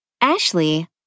Ashley